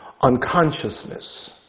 unconsciousness